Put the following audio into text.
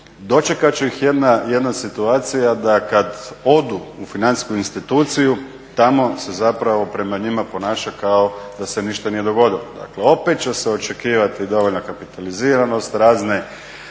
dočekat će ih jedna situacija da kad odu u financijsku instituciju tamo se zapravo prema njima ponaša kao da se ništa nije dogodilo, dakle opet će se očekivati dovoljna kapitaliziranost,